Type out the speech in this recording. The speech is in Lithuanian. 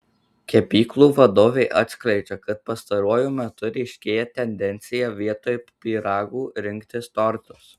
kepyklų vadovė atskleidžia kad pastaruoju metu ryškėja tendencija vietoj pyragų rinktis tortus